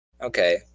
Okay